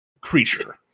creature